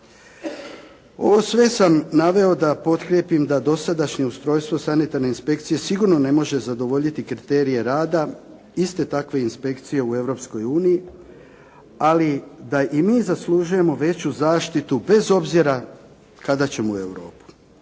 Ovo sve sam naveo da potkrijepim da dosadašnje ustrojstvo sanitarne inspekcije sigurno ne može zadovoljiti kriterije rada iste takve inspekcije u Europskoj uniji ali da i mi zaslužujemo veću zaštitu bez obzira kada ćemo u Europu.